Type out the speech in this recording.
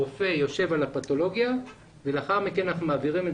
הרופא יושב על הפתולוגיה ולאחר מכן אנחנו מעבירים את